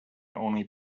only